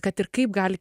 kad ir kaip gali